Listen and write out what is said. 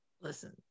Listen